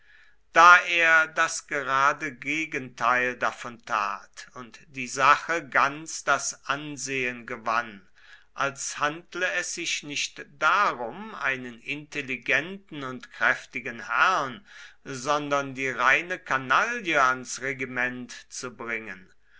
da er das gerade gegenteil davon tat und die sache ganz das ansehen gewann als handle es sich nicht darum einen intelligenten und kräftigen herrn sondern die reine kanaille ans regiment zu bringen